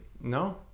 No